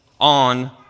on